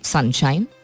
Sunshine